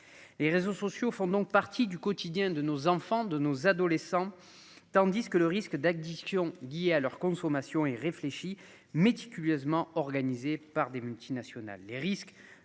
Les réseaux sociaux font donc partie du quotidien de nos enfants, de nos adolescents. Tandis que le risque d'addiction Guy et à leur consommation et irréfléchie méticuleusement organisée par des multinationales,